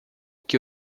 que